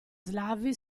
slavi